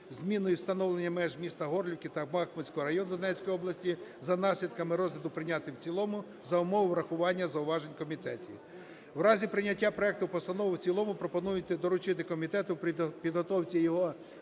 зміну і встановлення меж міста Горлівки та Бахмутського району Донецької області за наслідками розгляду прийняти в цілому, за умови врахування зауважень комітету. В разі прийняття проекту постанови в цілому пропонується доручити комітету при підготовці його